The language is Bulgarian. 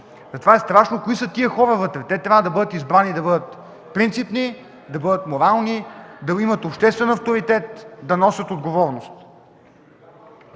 Затова е страшно кои са хората вътре. Те трябва да бъдат избрани и да са принципни, да са морални, да имат обществен авторитет, да носят отговорност.